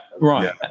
right